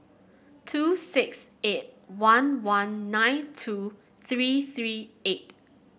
two six eight one one nine two three three eight